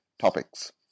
topics